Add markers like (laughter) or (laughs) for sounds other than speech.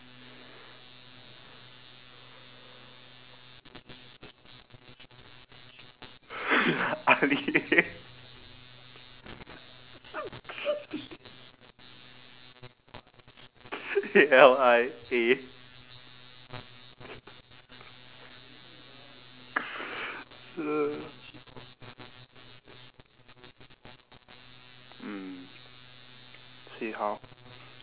ali (laughs) A L I A